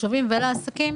לתושבים ולעסקים